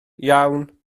iawn